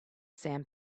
sand